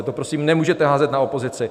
To prosím nemůžete házet na opozici.